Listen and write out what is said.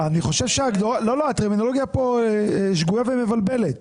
סליחה, אני חושב שהטרמינולוגיה כאן שגויה ומבלבלת.